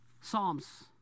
Psalms